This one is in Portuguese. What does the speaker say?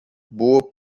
boa